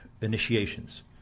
initiations